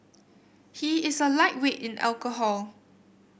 he is a lightweight in alcohol